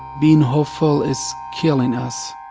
being hopeful is killing us